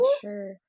Sure